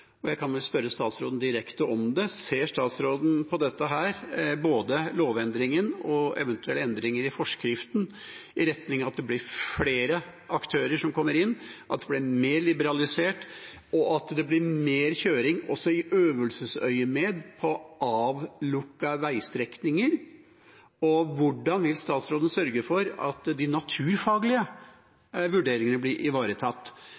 jeg også spørre statsråden direkte om: Ser statsråden at både lovendringen og eventuelt endringer i forskriften går i retning av at det blir flere aktører som kommer inn, at det blir mer liberalisert, og at det blir mer kjøring også i øvelsesøyemed på avlukkede veistrekninger? Og hvordan vil statsråden sørge for at de naturfaglige vurderingene blir ivaretatt